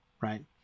right